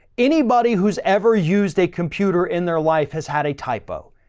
anybody who's ever used a computer in their life has had a typo.